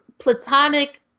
platonic